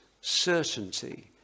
certainty